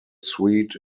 suit